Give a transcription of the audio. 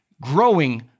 growing